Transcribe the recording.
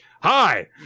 Hi